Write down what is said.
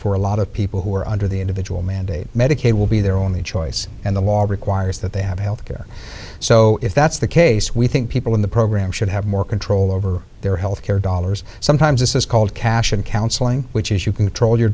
for a lot of people who are under the individual mandate medicaid will be their only choice and the law requires that they have health care so if that's the case we think people in the program should have more control over their health care dollars sometimes this is called cash and counseling which is you control your